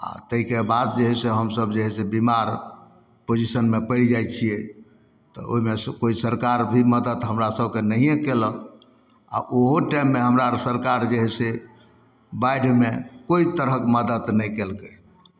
आओर ताहिके बाद जे हइ से हमसभ जे हइ से बेमार पोजिशनमे पड़ि जाइ छिए तऽ ओहिमे से कोइ सरकार भी मदति हमरासभके नहिए कएलक आओर ओहो टाइममे हमरा आर सरकार जे हइ से बाढ़िमे कोइ तरहके मदति नहि केलकै